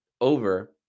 over